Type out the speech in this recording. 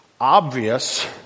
obvious